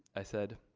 i said,